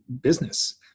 business